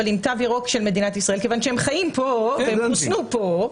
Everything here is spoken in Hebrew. אבל עם תו ירוק של מדינת ישראל כיוון שהם חיים פה והם חוסנו פה.